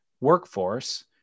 workforce